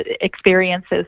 experiences